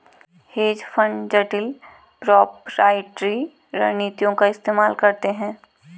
hedge fund जटिल proprietary रणनीतियों का इस्तेमाल करते हैं